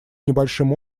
небольшим